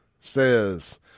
says